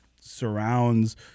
surrounds